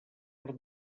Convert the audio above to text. per